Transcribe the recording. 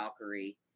valkyrie